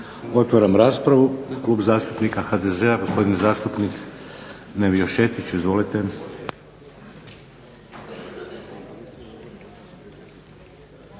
Otvaram raspravu. Klub zastupnika HDZ-a gospodin zastupnik Nevio Šetić. Izvolite.